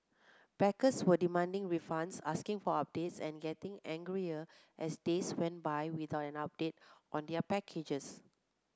backers were demanding refunds asking for updates and getting angrier as days went by without an update on their packages